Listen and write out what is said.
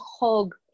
hug